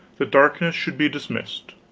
the darkness should be dismissed.